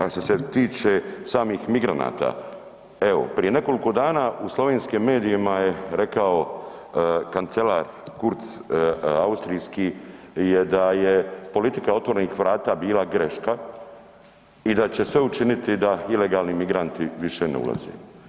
A što se tiče samih migranata, evo prije nekoliko dana u slovenskim medijima je rekao kancelar Kurz austrijski je da je politika otvorenih vrata bila greška i da će se sve učiniti da ilegalni migranti više ne ulaze.